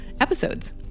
episodes